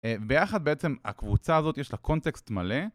ביחד בעצם הקבוצה הזאת יש לה קונטקסט מלא